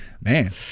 Man